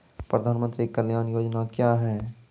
प्रधानमंत्री कल्याण योजना क्या हैं?